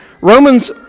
Romans